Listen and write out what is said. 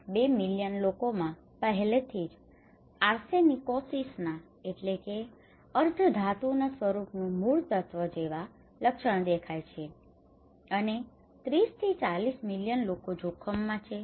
2 million લોકોમાં પહેલેથી જ આર્સેનિકોસિસના arsenic અર્ધધાતુના સ્વરૂપનું મૂળતત્વલક્ષણો દેખાય છે અને 30 થી 40 મિલિયન લોકો જોખમમાં છે